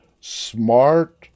smart